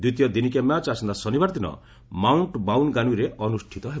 ଦ୍ୱିତୀୟ ଦିନିକିଆ ମ୍ୟାଚ୍ ଆସନ୍ତା ଶନିବାର ଦିନ ମାଉଣ୍ଟ୍ ମାଉନ୍ଗାନୁଇରେ ଅନୁଷ୍ଠିତ ହେବ